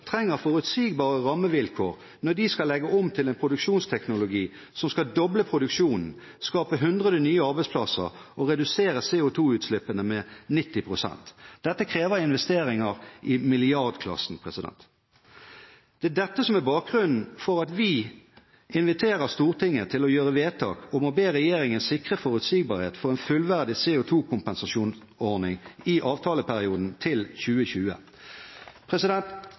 trenger forutsigbare rammevilkår når de skal legge om til en produksjonsteknologi som skal doble produksjonen, skape 100 nye arbeidsplasser og redusere CO2-utslippene med 90 pst. Dette krever investeringer i milliardklassen. Det er dette som er bakgrunnen for at vi inviterer Stortinget til å gjøre vedtak om å be regjeringen sikre forutsigbarhet for en fullverdig CO2-kompensasjonsordning i avtaleperioden til 2020.